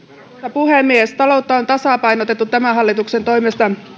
puhemies taloutta on tasapainotettu tämän hallituksen toimesta